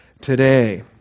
today